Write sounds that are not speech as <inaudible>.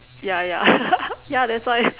ya ya <laughs> ya that's why